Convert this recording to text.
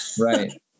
Right